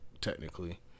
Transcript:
technically